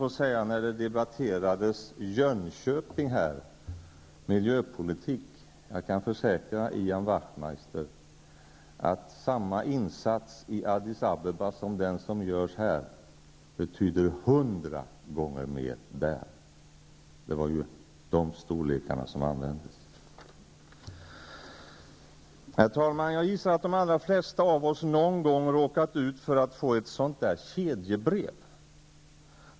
Det talades tidigare i debatten om Jönköping och miljöpolitik. Jag kan försäkra Ian Wachtmeister att en insats i Addis Abeba motsvarande den som görs här betyder hundra gånger mer där. Det var ju den storleksordningen det talades om. Herr talman! Jag gissar att de allra flesta av oss någon gång har råkat ut för att få ett kedjebrev.